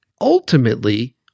ultimately